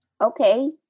Okay